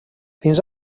fins